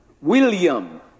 William